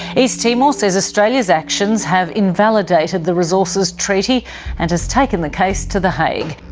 east timor says australia's actions have invalidated the resources treaty and has taken the case to the hague.